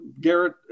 Garrett